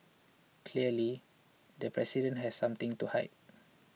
clearly the president has something to hide